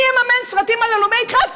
מי יממן סרטים על הלומי קרב?